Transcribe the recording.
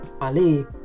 Ali